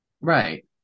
Right